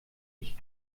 ich